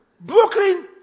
Brooklyn